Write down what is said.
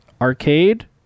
arcade